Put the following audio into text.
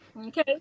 Okay